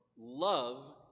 love